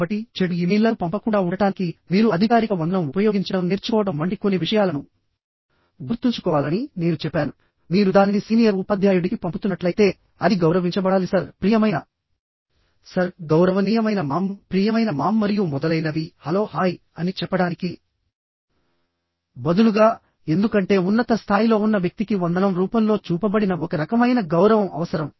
కాబట్టి చెడు ఇమెయిల్లను పంపకుండా ఉండటానికి మీరు అధికారిక వందనం ఉపయోగించడం నేర్చుకోవడం వంటి కొన్ని విషయాలను గుర్తుంచుకోవాలని నేను చెప్పానుమీరు దానిని సీనియర్ ఉపాధ్యాయుడికి పంపుతున్నట్లయితే అది గౌరవించబడాలి సర్ ప్రియమైన సర్ గౌరవనీయమైన మామ్ ప్రియమైన మామ్ మరియు మొదలైనవి హలో హాయ్ అని చెప్పడానికి బదులుగా ఎందుకంటే ఉన్నత స్థాయిలో ఉన్న వ్యక్తికి వందనం రూపంలో చూపబడిన ఒక రకమైన గౌరవం అవసరం